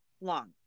long